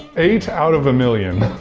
eight, out of a million.